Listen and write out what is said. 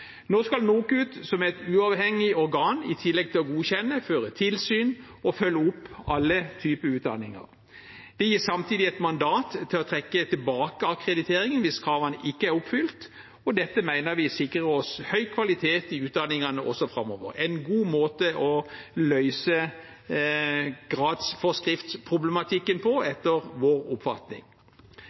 Nå skal NOKUT, som er et uavhengig organ, i tillegg til å godkjenne føre tilsyn og følge opp alle typer utdanninger. De gis samtidig et mandat til å trekke tilbake akkrediteringen hvis kravene ikke er oppfylt. Dette mener vi sikrer oss høy kvalitet i utdanningene også framover og er etter vår oppfatning en god måte å løse gradsforskriftsproblematikken på.